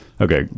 Okay